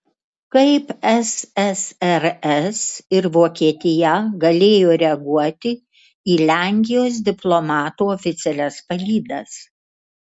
kaip ssrs ir vokietija galėjo reaguoti į lenkijos diplomatų oficialias palydas